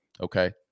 Okay